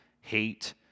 hate